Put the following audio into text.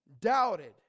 doubted